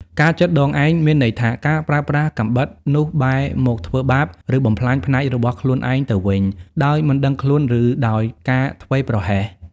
ការចិតដងឯង មានន័យថា ការប្រើប្រាស់កាំបិតនោះបែរមកធ្វើបាប ឬបំផ្លាញផ្នែករបស់ខ្លួនឯងទៅវិញ ដោយមិនដឹងខ្លួន ឬដោយការធ្វេសប្រហែស។